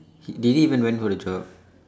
he did he even went for the job